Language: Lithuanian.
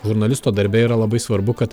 žurnalisto darbe yra labai svarbu kad